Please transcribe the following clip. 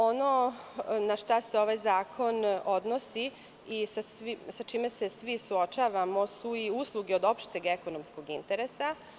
Ono na šta se ovaj zakon odnosi i sa čime se svi suočava su i usluge od opšteg ekonomskog interesa.